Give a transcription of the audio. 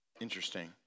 Interesting